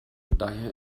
daher